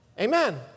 Amen